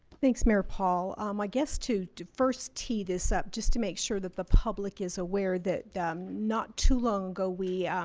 thanks mayor paul my guest to to first tee this up just to make sure that the public is aware that not too long ago we